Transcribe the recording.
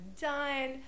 done